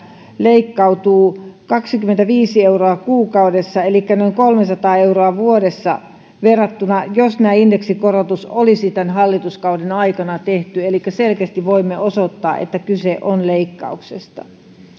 leikkautuu kaksikymmentäviisi euroa kuukaudessa elikkä noin kolmesataa euroa vuodessa verrattuna siihen jos tämä indeksikorotus olisi tämän hallituskauden aikana tehty elikkä selkeästi voimme osoittaa että kyse on leikkauksesta